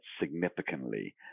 significantly